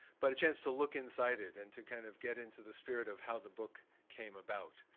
but a chance to look inside it and to kind of get into the spirit of how the book came about.